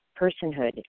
personhood